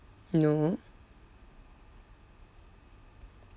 no